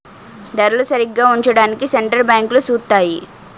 ధరలు సరిగా ఉంచడానికి సెంటర్ బ్యాంకులు సూత్తాయి